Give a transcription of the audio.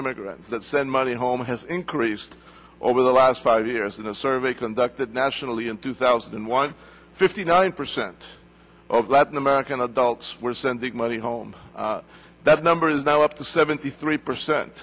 immigrants that send money home has increased over the last five years in a survey conducted nationally in two thousand and one fifty nine percent of latin american adults were sending money home that number is now up to seventy three percent